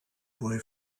boy